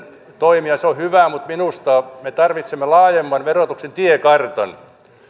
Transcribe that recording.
toimia se on hyvä mutta minusta me tarvitsemme laajemman verotuksen tiekartan